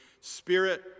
Spirit